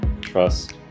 trust